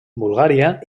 bulgària